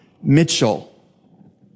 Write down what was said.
Mitchell